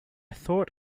thought